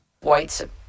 White